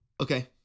Okay